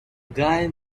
guy